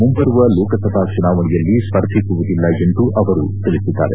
ಮುಂಬರುವ ಲೋಕಸಭಾ ಚುನಾವಣೆಯಲ್ಲಿ ಸ್ಪರ್ಧಿಸುವುದಿಲ್ಲ ಎಂದು ಅವರು ತಿಳಿಸಿದ್ದಾರೆ